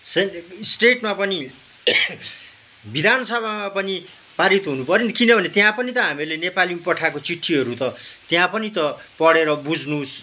स्टेटमा पनि बिधान सभामा पनि पारित हुनु पर्यो नि किनभने त्यहाँ पनि त हामीहरूले नेपालीमा पठाएको चिट्ठीहरू त त्यहाँ पनि त पढेर बुझोस्